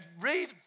read